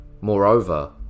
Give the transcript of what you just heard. Moreover